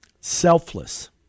selfless